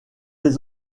les